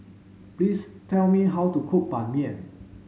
please tell me how to cook Ban Mian